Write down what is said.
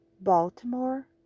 baltimore